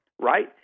right